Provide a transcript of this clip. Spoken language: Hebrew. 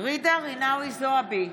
ג'ידא רינאוי זועבי,